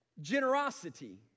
generosity